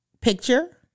picture